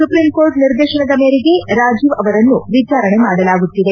supreme court ನಿರ್ದೇತನದ ಮೇರೆಗೆ ರಾಜೀವ್ ಅವರನ್ನು ವಿಚಾರಣೆ ಮಾಡಲಾಗುತ್ತಿದೆ